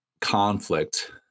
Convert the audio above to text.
conflict